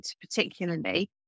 particularly